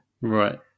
right